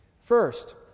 First